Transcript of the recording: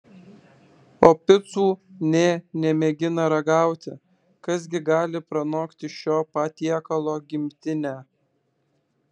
o picų nė nemėgina ragauti kas gi gali pranokti šio patiekalo gimtinę